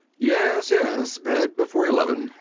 yes, yes. bed before eleven.